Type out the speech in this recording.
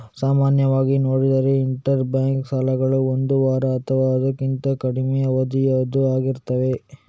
ಸಾಮಾನ್ಯವಾಗಿ ನೋಡಿದ್ರೆ inter bank ಸಾಲಗಳು ಒಂದು ವಾರ ಅಥವಾ ಅದಕ್ಕಿಂತ ಕಡಿಮೆ ಅವಧಿಯದ್ದು ಆಗಿರ್ತವೆ